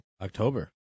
October